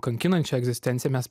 kankinančia egzistencija mes